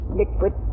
liquid